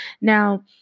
Now